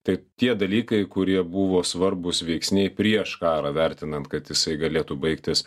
tai tie dalykai kurie buvo svarbūs veiksniai prieš karą vertinant kad jisai galėtų baigtis